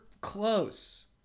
close